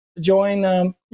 join